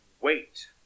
Wait